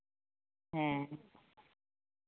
ᱦᱮᱸ